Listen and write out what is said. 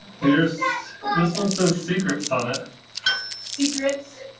yes, this one says secrets on it secrets?